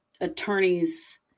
attorneys